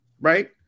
right